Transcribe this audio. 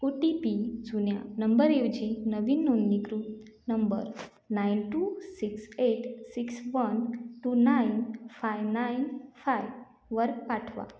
ओ T P जुन्या नंबरऐवजी नवीन नोंदणीकृत number nine two six eight six one two nine five nine फाईव्हवर पाठवा